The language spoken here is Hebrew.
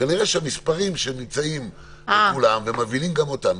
כנראה שהמספרים שמצויים אצל כולם ומבהילים גם אותנו,